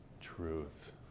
truth